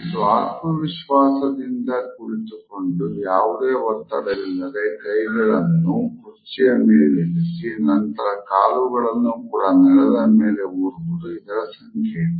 ಇದು ಆತ್ಮವಿಶ್ವಾಸದಿಂದ ಕುಳಿತುಕೊಂಡು ಯಾವುದೇ ಒತ್ತಡವಿಲ್ಲದೆ ಕೈಗಳನ್ನು ಕುರ್ಚಿಯ ಮೇಲಿರಿಸಿ ನಂತರ ಕಾಲುಗಳನ್ನು ಕೂಡ ನೆಲದ ಮೇಲೆ ಊರುವುದು ಇದರ ಸಂಕೇತ